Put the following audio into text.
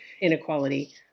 inequality